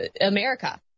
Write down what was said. America